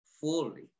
fully